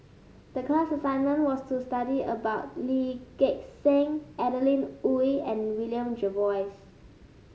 the class assignment was to study about Lee Gek Seng Adeline Ooi and William Jervois